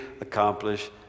accomplish